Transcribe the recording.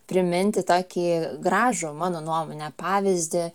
priminti tokį gražų mano nuomone pavyzdį